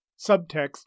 Subtext